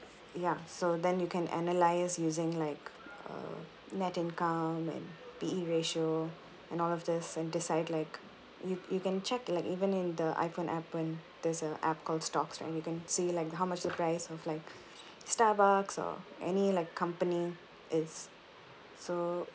ya so then you can analyse using like err net income and P_E ratio and all of this and decide like you you can check like even in the iphone app and there's a app called stocks right you can see like how much the price of like starbucks or any like company is so